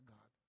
God